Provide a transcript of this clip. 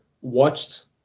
watched